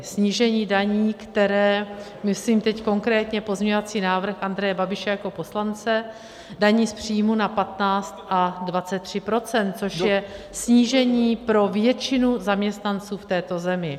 Snížení daní, které myslím teď konkrétně pozměňovací návrh Andreje Babiše jako poslance daní z příjmů na 15 a 23 %, což je snížení pro většinu zaměstnanců v této zemi.